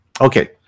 Okay